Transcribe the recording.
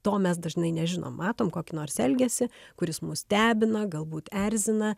to mes dažnai nežinom matom kokį nors elgesį kuris mus stebina galbūt erzina